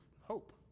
hope